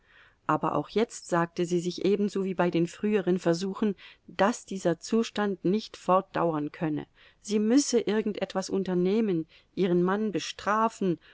aber auch jetzt sagte sie sich ebenso wie bei den früheren versuchen daß dieser zustand nicht fortdauern könne sie müsse irgend etwas unternehmen ihren mann bestrafen